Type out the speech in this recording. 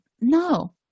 No